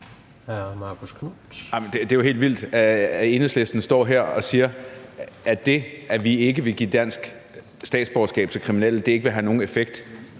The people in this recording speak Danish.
Det er jo helt vildt, at Enhedslisten står her og siger, at det, at vi ikke vil give dansk statsborgerskab til kriminelle, ikke vil have nogen effekt.